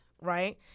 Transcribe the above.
right